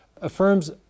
affirms